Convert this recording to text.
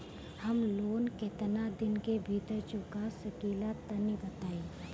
हम लोन केतना दिन के भीतर चुका सकिला तनि बताईं?